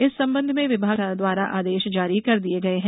इस संबंध में विभाग द्वारा आदेश जारी कर दिये हैं